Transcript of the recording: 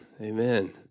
amen